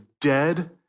dead